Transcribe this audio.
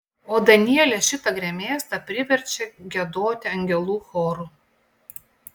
o danielė šitą gremėzdą priverčia giedoti angelų choru